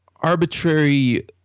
arbitrary